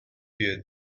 für